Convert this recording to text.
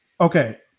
Okay